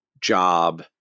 job